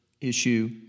issue